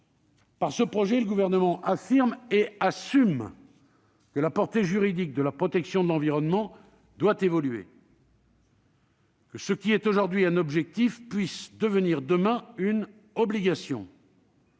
Par ce projet, le Gouvernement affirme et assume que la portée juridique de la protection de l'environnement doit évoluer : que ce qui est aujourd'hui un objectif puisse devenir demain une obligation